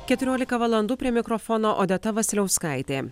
keturiolika valandų prie mikrofono odeta vasiliauskaitė